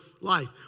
life